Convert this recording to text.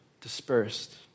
dispersed